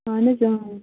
اہن حظ